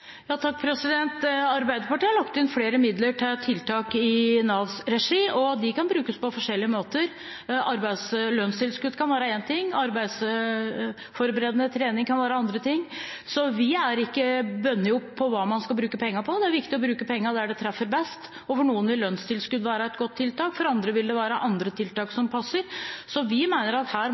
Arbeiderpartiet har lagt inn flere midler til tiltak i Navs regi, og de kan brukes på forskjellige måter. Lønnstilskudd kan være en ting. Arbeidsforberedende trening kan være en annen ting. Vi er ikke bundet opp til hva man skal bruke pengene på. Det er viktig å bruke pengene der de treffer best. For noen vil lønnstilskudd være et godt tiltak, og for andre vil det være andre tiltak som passer. Vi mener at her